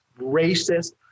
racist